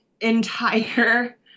entire